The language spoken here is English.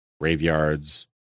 graveyards